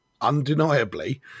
undeniably